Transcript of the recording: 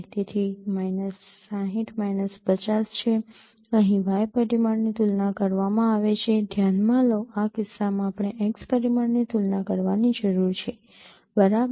તેથી આ minus ૬૦ minus ૫૦ છે અહીં y પરિમાણની તુલના કરવામાં આવે છે ધ્યાનમાં લો આ કિસ્સામાં આપણે x પરિમાણની તુલના કરવાની જરૂર છે બરાબર